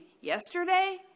yesterday